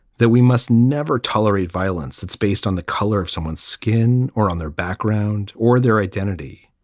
that we must never tolerate violence. it's based on the color of someone's skin or on their background or their identity.